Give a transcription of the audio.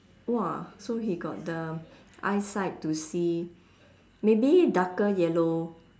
!wah! so he got the eyesight to see maybe darker yellow